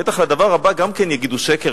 בטח לדבר הבא גם יגידו "שקר",